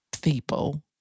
people